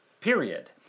period